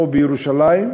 פה ליד ירושלים,